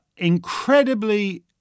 incredibly